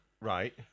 Right